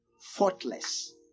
faultless